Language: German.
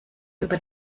über